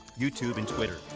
youtube, and twitter.